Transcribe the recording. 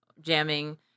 jamming